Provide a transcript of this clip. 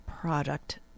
product